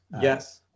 Yes